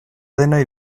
denoi